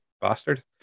bastard